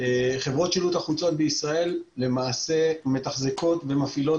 חברות שילוט החוצות בישראל למעשה מתחזקות ומפעילות